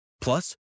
Plus